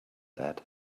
that